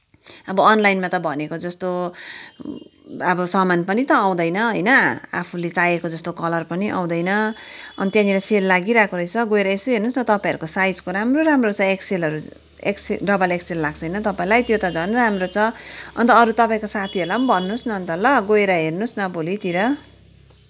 अब अनलाइनमा त भनेको जस्तो अब सामान पनि त आउँदैन होइन आफूले चाहेको जस्तो कलर पनि आउँदैन अनि त्यहाँनिर सेल लागिरहेको रहेछ गएर हेर्नुहोस् न तपाईँहरूको साइजको राम्रो राम्रो एक्सएलहरू एक्सएल डबल एक्सएल लाग्छ होइन तपाईँलाई त्यो त झन् राम्रो छ अन्त अरू तपाईँको साथीहरूलाई पनि भन्नुहोस् न अन्त ल गएर हेर्नुहोस् न भोलितिर